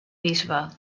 bisbe